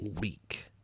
week